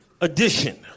edition